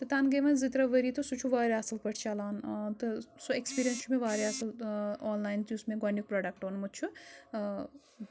تہٕ تَنہٕ گٔے وۄنۍ زٕ ترٛےٚ ؤری تہٕ سُہ چھُ واریاہ اَصٕل پٲٹھۍ چَلان تہٕ سُہ اٮ۪کٕسپیٖریَنٕس چھُ مےٚ واریاہ اَصٕل آن لاین تہٕ یُس مےٚ گۄڈٕنیُک پرٛوڈَکٹ اوٚنمُت چھُ